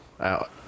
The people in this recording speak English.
out